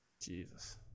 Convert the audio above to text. Jesus